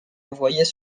envoyés